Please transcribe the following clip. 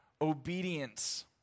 obedience